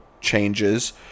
changes